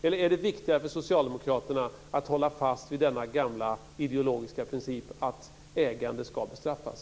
Eller är det viktigare för socialdemokraterna att hålla fast vid den gamla ideologiska principen att ägande ska bestraffas?